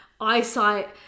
eyesight